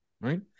right